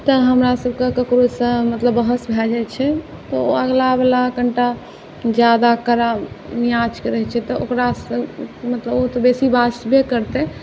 तऽ हमरासबके ककरोसँ मतलब बहस भऽ भऽ जाइ छै तऽ ओ अगिलावला कनिटा ज्यादा कड़ा मिजाजके रहै छै तऽ ओकरासँ मतलब ओ तऽ बेसी बाजबै करतै